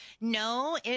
No